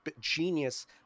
genius